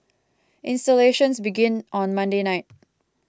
installations began on Monday night